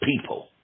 people